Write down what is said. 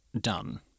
done